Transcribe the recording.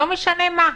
לא משנה מה.